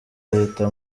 leta